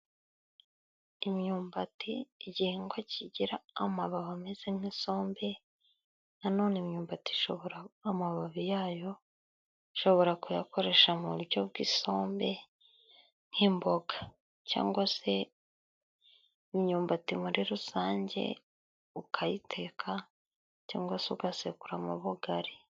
Imyumbati igihingwa kigira amababi ameze nk'isombe, nanone imyumbati ishobora buba amababi yayo ushobora kuyakoresha mu buryo bw'isombe, nk'imboga cyangwa se imyumbati muri rusange ukayiteka cyangwa se ugasekuramo ubugari.